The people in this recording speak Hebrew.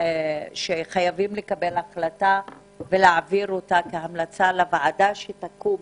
חייבים לקבל החלטה ולהעבירה כהמלצה לוועדת הרווחה הקבועה שתקום,